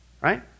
right